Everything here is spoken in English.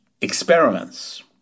experiments